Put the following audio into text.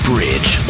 Bridge